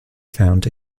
found